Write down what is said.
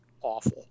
awful